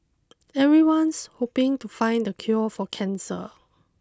everyone's hoping to find the cure for cancer